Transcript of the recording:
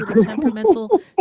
temperamental